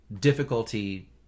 difficulty